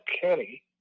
Kenny